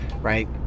right